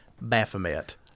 Baphomet